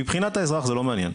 מבחינת האזרח זה לא מעניין,